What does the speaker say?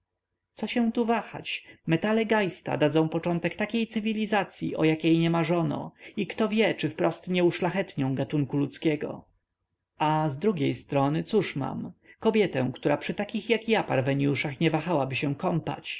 co się tu wahać metale geista dadzą początek takiej cywilizacyi o jakiej nie marzono i kto wie czy wprost nie uszlachetnią gatunku ludzkiego a z drugiej strony cóż mam kobietę która przy takich jak ja parweniuszach nie wahałaby się kąpać